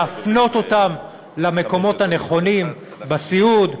להפנות אותם למקומות הנכונים בסיעוד,